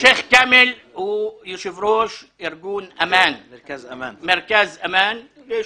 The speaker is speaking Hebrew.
שייח' כאמל הוא יושב ראש מרכז אמאן ויש